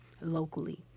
locally